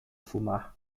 fumar